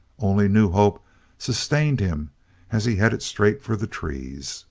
only new hope sustained him as he headed straight for the trees